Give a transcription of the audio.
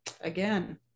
again